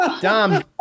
Dom